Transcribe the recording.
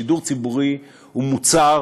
שידור ציבורי הוא מוצר